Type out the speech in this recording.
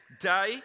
Day